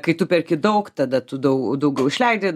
kai tu perki daug tada tu dau daugiau išleidi